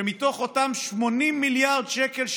שמתוך אותם 80 מיליארד שקל,